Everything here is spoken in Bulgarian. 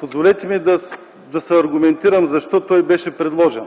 Позволете ми да се аргументирам защо този текст беше предложен.